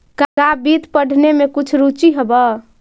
का वित्त पढ़ने में कुछ रुचि हवअ